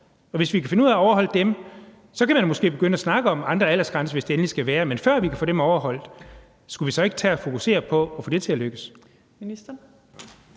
Og hvis vi kan finde ud af at overholde dem, kan man måske begynde at snakke om andre aldersgrænser, hvis det endelig skal være, men før vi kan få dem overholdt, skulle vi så ikke tage at fokusere på at få det til at lykkes?